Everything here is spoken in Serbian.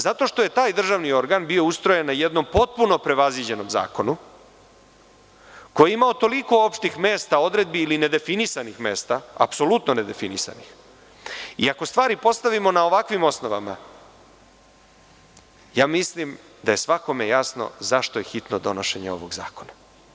Zato što je taj državni organ bio ustrojen na jednom potpuno prevaziđenom zakonu koji je imao toliko opštih mesta, odredbi ili nedefinisanih mesta, apsolutno nedefinisanih i ako stvari postavimo na ovakvim osnovama, mislim da je svakome jasno zašto je hitno donošenje ovog zakona.